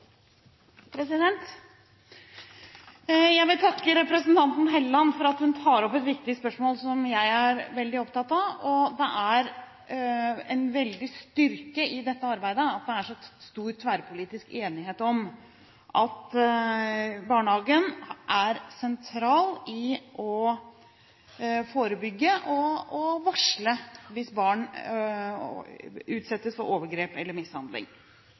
Jeg vil takke representanten Hofstad Helleland for at hun tar opp et viktig spørsmål som jeg er veldig opptatt av. Det er en veldig styrke i dette arbeidet at det er så stor tverrpolitisk enighet om at barnehagen er sentral i å forebygge og varsle hvis barn utsettes for overgrep eller mishandling.